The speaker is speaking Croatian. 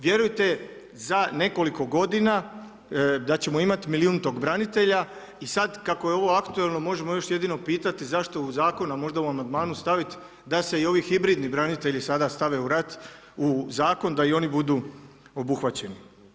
Vjerujte, za nekoliko godina da ćemo imati milijuntog branitelja i sad kako je ovo aktualno možemo još jedino pitati zašto u zakonu a možda u amandmanu staviti, da se i ovi hibridni branitelji sada stave u rat, u zakon da i oni budu obuhvaćeni.